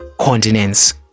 continents